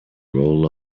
roll